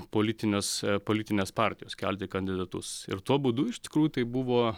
politinės politinės partijos kelti kandidatus ir tuo būdu iš tikrųjų tai buvo